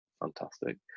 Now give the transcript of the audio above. fantastic